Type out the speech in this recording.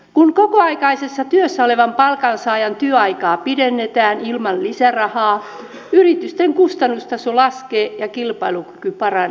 kun kokoaikaisessa työssä olevan palkansaajan työaikaa pidennetään ilman lisärahaa yritysten kustannustaso laskee ja kilpailukyky paranee